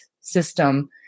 system